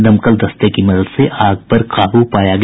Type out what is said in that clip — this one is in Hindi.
दमकल दस्ते की मदद से आग पर काबू पा लिया गया